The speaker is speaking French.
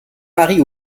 marie